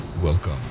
Welcome